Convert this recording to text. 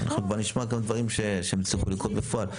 אנחנו נשמע גם דברים שהם הצליחו לנקוט בפועל.